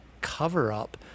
cover-up